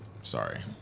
Sorry